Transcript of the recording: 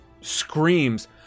screams